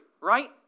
right